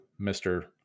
Mr